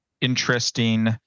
interesting